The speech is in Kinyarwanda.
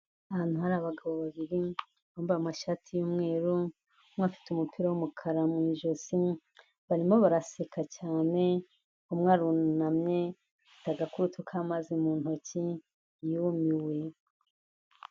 Ahantu hari abagabo babiri, bambaye amashati y'umweru, umwe afite umupira w'umukara mu ijosi, barimo baraseka cyane, umwe arunamye, afite agakurutu k'amazi mu ntoki, yumiwe.